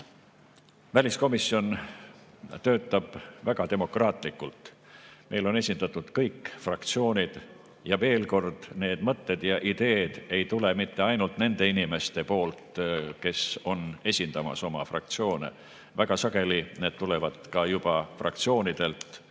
Väliskomisjon töötab väga demokraatlikult. Meil on esindatud kõik fraktsioonid. Ja veel kord: need mõtted ja ideed ei tule mitte ainult nendelt inimestelt, kes esindavad oma fraktsioone, vaid väga sageli need tulevad juba fraktsioonidelt